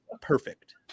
Perfect